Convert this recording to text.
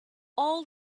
all